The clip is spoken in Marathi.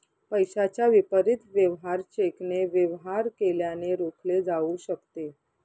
पैशाच्या विपरीत वेवहार चेकने वेवहार केल्याने रोखले जाऊ शकते